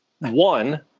One